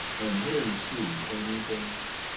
and here you see hanging things.